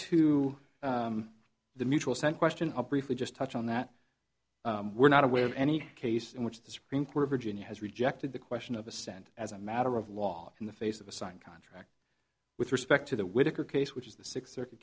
to the mutual sent question up briefly just touch on that we're not aware of any case in which the supreme court of virginia has rejected the question of assent as a matter of law in the face of a signed contract with respect to the whittaker case which is the six